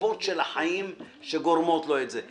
הנסיבות של החיים שגורמות לו את זה.